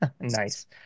Nice